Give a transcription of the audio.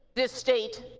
this state,